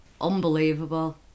Unbelievable